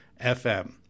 FM